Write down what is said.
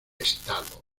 estado